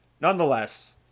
nonetheless